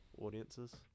audiences